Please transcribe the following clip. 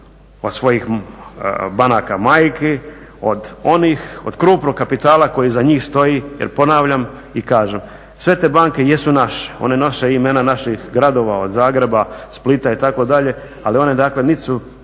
od svojih banaka majki, od onih, od krupnog kapitala koji iza njih stoji. Jer ponavljam i kažem sve te banke jesu naše, one nose imena naših gradova od Zagreba, Splita itd., ali one dakle niti